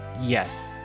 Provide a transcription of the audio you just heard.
yes